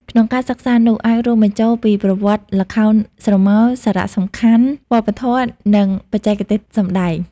ក្នុងការសិក្សានោះ អាចរួមបញ្ចូលពីប្រវត្តិល្ខោនស្រមោល សារៈសំខាន់វប្បធម៌ និងបច្ចេកទេសសម្តែង។